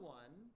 one